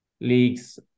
leagues